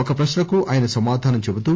ఒక ప్రశ్న కు ఆయన సమాధానం చెబుతూ